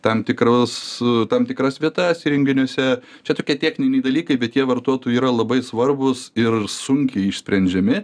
tam tikrus tam tikras vietas įrenginiuose čia tokie techniniai dalykai bet jie vartotojui yra labai svarbūs ir sunkiai išsprendžiami